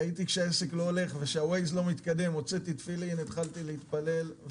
ראיתי שהעסק לא הולך והווייז לא מתקדם הוצאתי תפילין והתחלתי להתפלל,